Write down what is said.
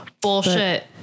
Bullshit